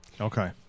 Okay